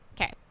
Okay